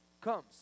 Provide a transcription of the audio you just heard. comes